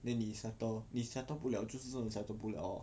then 你 settle 你 settle 不了就是真的 settle 不了 lor